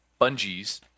bungees